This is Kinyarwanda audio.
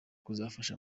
kuzafasha